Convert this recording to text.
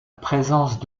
présence